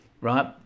right